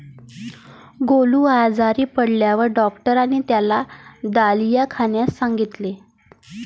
गोलू आजारी पडल्यावर डॉक्टरांनी त्याला दलिया खाण्यास सांगितले